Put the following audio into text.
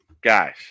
guys